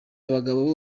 abagabo